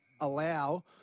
allow